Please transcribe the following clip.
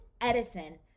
Edison